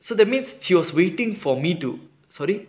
so that means she was waiting for me to sorry